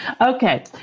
Okay